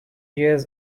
years